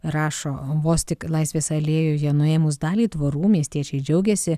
rašo vos tik laisvės alėjoje nuėmus dalį tvorų miestiečiai džiaugiasi